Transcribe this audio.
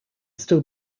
still